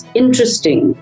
interesting